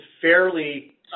fairly